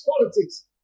Politics